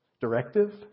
directive